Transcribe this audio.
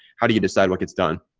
how do you decide what gets done?